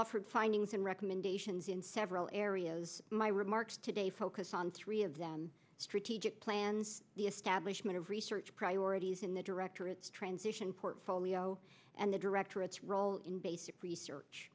offered findings and recommendations in several areas my remarks today focus on three of them strategic plans the establishment of research priorities in the directorates transition portfolio and the directorates role in basic research